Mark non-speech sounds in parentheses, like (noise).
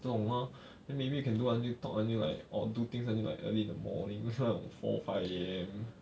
这种 lor (breath) then maybe you can do until talk until like or do things until like early in the morning 那种 four five A_M